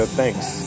thanks